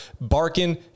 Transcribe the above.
barking